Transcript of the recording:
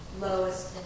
lowest